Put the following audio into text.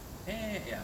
eh ya